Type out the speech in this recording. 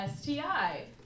STI